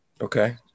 Okay